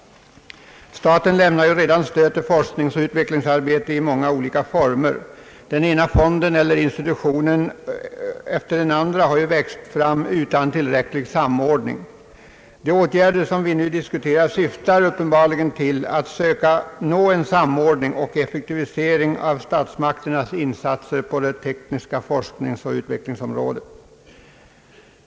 Staten lämnar redan stöd till forskningsoch utvecklingsarbete i många olika former. Den ena fonden eller institutionen efter den andra har växt fram utan tillräcklig samordning. De åtgärder som vi nu diskuterar syftar uppenbarligen till att söka nå en samordning och effektivisering av statsmakternas insatser på det tekniska forskningsoch utvecklingsområdet.